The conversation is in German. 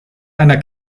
einer